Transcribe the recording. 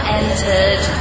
entered